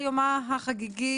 גם חג,